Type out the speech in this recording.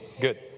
Good